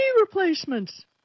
replacements